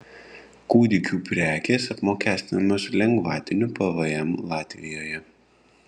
kūdikių prekės apmokestinamos lengvatiniu pvm latvijoje